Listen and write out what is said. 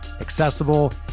accessible